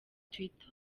twitter